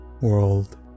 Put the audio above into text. world